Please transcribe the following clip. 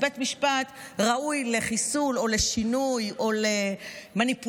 אז בית המשפט ראוי לחיסול או לשינוי או למניפולציה